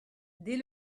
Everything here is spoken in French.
dès